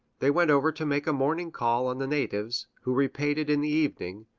they went over to make a morning call on the natives, who repaid it in the evening,